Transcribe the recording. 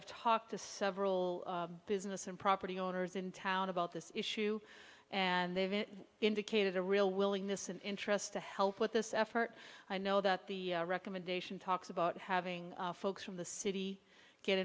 i've talked to several business and property owners in town about this issue and they've indicated a real willingness and interest to help with this effort i know that the recommendation talks about having folks from the city get